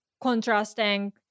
contrasting